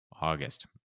August